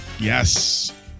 yes